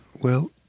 well,